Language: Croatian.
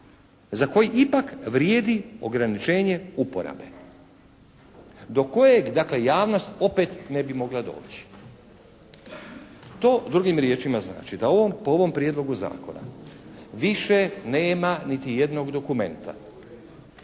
za koji ipak vrijedi ograničenje uporabe do kojeg, dakle javnost opet ne bi mogla doći. To drugim riječima znači da po ovom prijedlogu zakona više nema niti jednog dokumenta